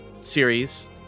series